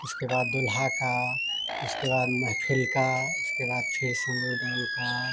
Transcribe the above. उसके बाद दूल्हा का उसके बाद महफिल का उसके बाद फिर सिंदूरदान का